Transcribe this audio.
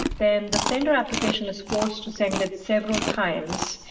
then the sender application is forced to send it several times.